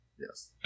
Yes